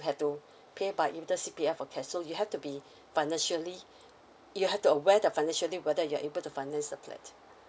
have to pay by either C_P_F or cash so you have to be financially you have to aware that financially whether you're able to finance a flat